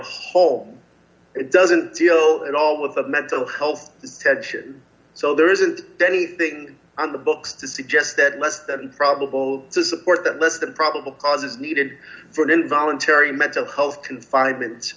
hole it doesn't deal in all of the mental health tension so there isn't anything on the books to suggest that less than probable to support that less than probable cause is needed for an involuntary mental health confinement